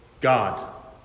God